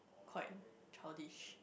quite childish